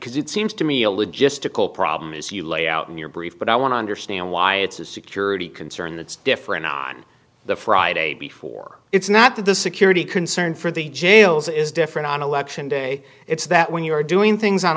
because it seems to me a logistical problem is you lay out in your brief but i want to understand why it's a security concern that's different on the friday before it's not that the security concern for the jails is different on election day it's that when you're doing things on